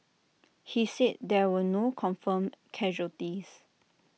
he said there were no confirmed casualties